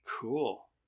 Cool